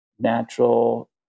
natural